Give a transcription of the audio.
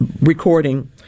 recording